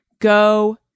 Go